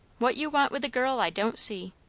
what you want with a girl, i don't see.